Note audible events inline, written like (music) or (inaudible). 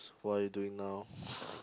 what are you doing now (laughs)